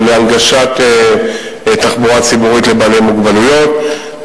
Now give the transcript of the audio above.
של הנגשת התחבורה הציבורית לבעלי מוגבלות,